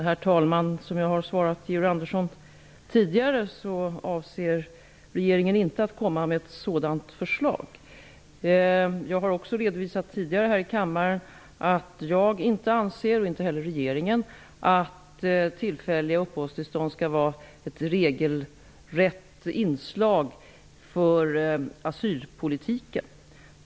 Herr talman! Som jag har svarat Georg Andersson tidigare avser regeringen inte att komma med ett sådant förslag. Jag har också redovisat tidigare här i kammaren att jag inte anser, och det gör inte heller regeringen, att tillfälliga uppehållstillstånd skall vara ett regelrätt inslag för asylpolitiken.